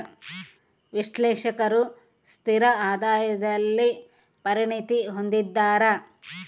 ವಿಶ್ಲೇಷಕರು ಸ್ಥಿರ ಆದಾಯದಲ್ಲಿ ಪರಿಣತಿ ಹೊಂದಿದ್ದಾರ